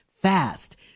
fast